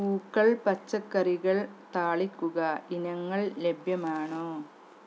പൂക്കൾ പച്ചക്കറികൾ താളിക്കുക ഇനങ്ങൾ ലഭ്യമാണോ